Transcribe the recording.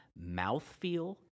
mouthfeel